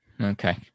Okay